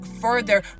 further